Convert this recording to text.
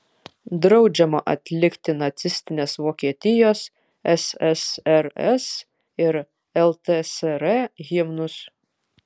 draudžiama atlikti nacistinės vokietijos ssrs ir ltsr himnus